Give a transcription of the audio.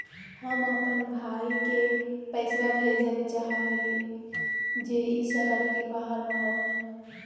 हम अप्पन भाई के पैसवा भेजल चाहो हिअइ जे ई शहर के बाहर रहो है